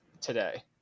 today